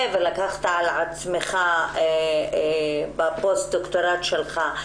ולקחת על עצמך לחקור אותו בפוסט דוקטורט שלך,